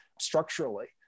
structurally